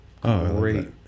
great